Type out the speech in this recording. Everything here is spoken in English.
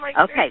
Okay